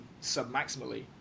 sub-maximally